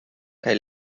kaj